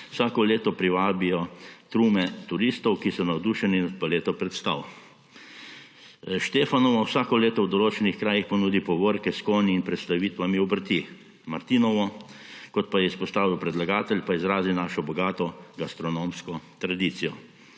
vsako leto privabijo trume turistov, ki so navdušeni nad paleto predstav. Štefanovo vsako leto v določenih krajih ponudi povorke s konji in predstavitvami obrti. Martinovo, kot je izpostavil predlagatelj, pa izrazi našo bogato gastronomsko tradicijo.